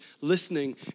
listening